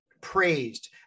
praised